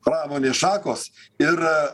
pramonės šakos ir